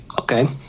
Okay